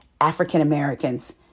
African-Americans